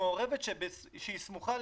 אני מסכים.